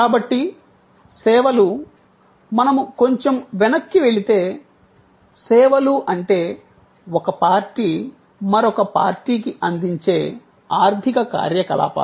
కాబట్టి సేవలు మనము కొంచెం వెనక్కి వెళితే సేవలు అంటే ఒక పార్టీ మరొక పార్టీకి అందించే ఆర్థిక కార్యకలాపాలు